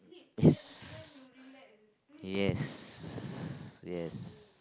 piece yes yes